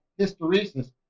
hysteresis